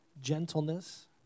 Gentleness